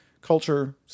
culture